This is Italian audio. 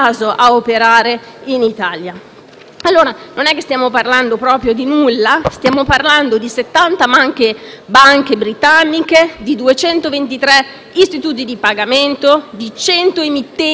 Non stiamo parlando proprio di nulla: stiamo parlando di 70 banche britanniche, 223 istituti di pagamento, 100 emittenti di moneta elettronica,